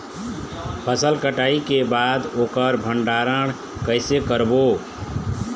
फसल कटाई के बाद ओकर भंडारण कइसे करबो?